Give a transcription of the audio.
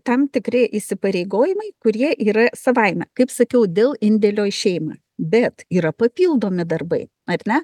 tam tikri įsipareigojimai kurie yra savaime kaip sakiau dėl indėlio į šeimą bet yra papildomi darbai ar ne